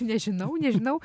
nežinau nežinau